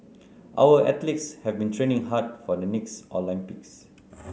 our athletes have been training hard for the next Olympics